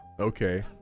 Okay